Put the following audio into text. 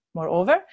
Moreover